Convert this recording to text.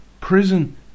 Prison